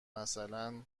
مثلا